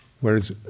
whereas